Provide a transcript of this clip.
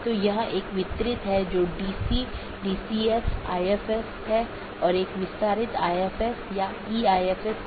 BGP चयन एक महत्वपूर्ण चीज है BGP एक पाथ वेक्टर प्रोटोकॉल है जैसा हमने चर्चा की